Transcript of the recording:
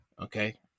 Okay